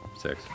six